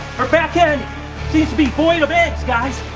her back end seems to be void of eggs guys.